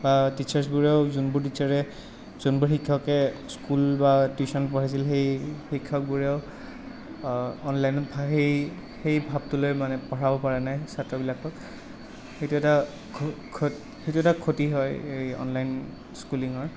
বা টিচাৰ্ছবোৰেও যোনবোৰ টিচাৰে যোনবোৰ শিক্ষকে স্কুল বা টিউচন পঢ়াইছিল সেই শিক্ষকবোৰেও অনলাইনত সেই সেই ভাৱটোলৈ মানে পঢ়াব পৰা নাই ছাত্ৰবিলাকক সেইটো এটা সেইটো এটা ক্ষতি হয় অনলাইন স্কুলিঙৰ